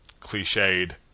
cliched